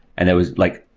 and it was like,